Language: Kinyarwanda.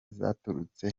zaturutse